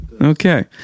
Okay